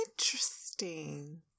Interesting